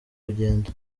rugendo